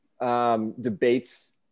debates